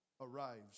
arrives